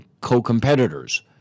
co-competitors